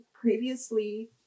Previously